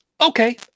okay